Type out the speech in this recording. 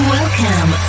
Welcome